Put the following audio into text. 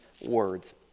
words